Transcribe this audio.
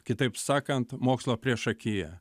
kitaip sakant mokslo priešakyje